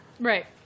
Right